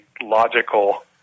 logical